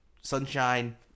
sunshine